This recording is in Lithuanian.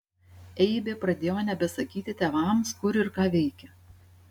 eibė pradėjo nebesakyti tėvams kur ir ką veikia